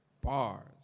bars